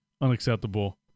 unacceptable